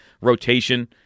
rotation